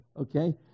okay